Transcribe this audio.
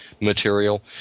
material